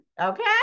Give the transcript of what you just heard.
Okay